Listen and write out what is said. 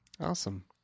awesome